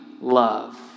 love